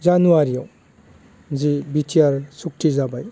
जानुवारियाव जि B T R सुखथि जाबाय